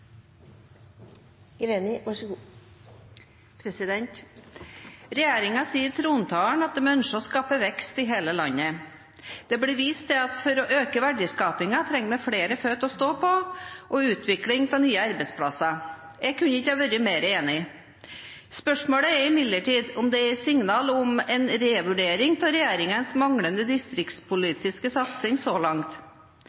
sier i trontalen at den ønsker å skape vekst i hele landet. Det blir vist til at for å øke verdiskapingen trenger vi flere bein å stå på og utvikling av nye arbeidsplasser. Jeg kunne ikke ha vært mer enig. Spørsmålet er imidlertid om dette er et signal om en revurdering av regjeringens manglende